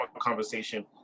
conversation